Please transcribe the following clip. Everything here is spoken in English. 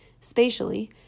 spatially